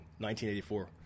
1984